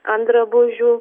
ant drabužių